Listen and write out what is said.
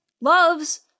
loves